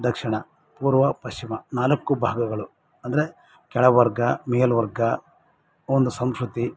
ದಕ್ಷಿಣ ಪೂರ್ವ ಪಶ್ಚಿಮ ನಾಲ್ಕು ಭಾಗಗಳು ಅಂದರೆ ಕೆಳವರ್ಗ ಮೇಲ್ವರ್ಗ ಒಂದು ಸಂಸ್ಕೃತಿ